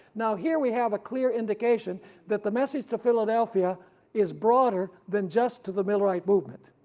now here we have a clear indication that the message to philadelphia is broader than just to the millerite movement,